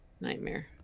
nightmare